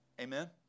Amen